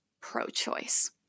pro-choice